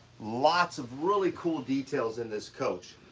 lots of really cool details in this coach.